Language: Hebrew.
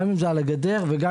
גם אם זה על הגדר וכולי,